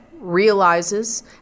realizes